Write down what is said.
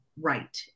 right